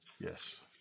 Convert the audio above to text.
Yes